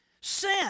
sin